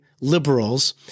liberals